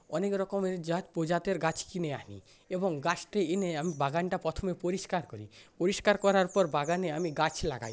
অনেক রকমের জাত প্রজাতের গাছ কিনে আনি এবং গাছটি এনে আমি বাগানটা প্রথমে পরিস্কার করি পরিস্কার করার পর বাগানে আমি গাছ লাগাই